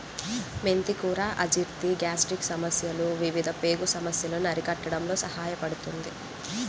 మెంతి కూర అజీర్తి, గ్యాస్ట్రిక్ సమస్యలు, వివిధ పేగు సమస్యలను అరికట్టడంలో సహాయపడుతుంది